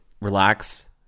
relax